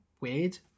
weird